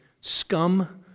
Scum